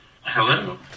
Hello